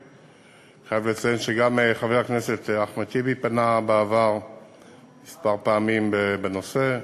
אני חייב לציין שגם חבר הכנסת אחמד טיבי פנה בעבר כמה פעמים בנושא.